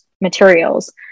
Materials